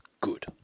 good